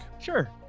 sure